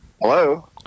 Hello